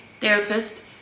therapist